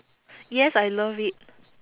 yes I love it